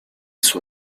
suo